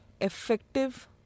effective